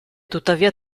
tuttavia